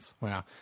wow